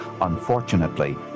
Unfortunately